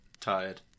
Tired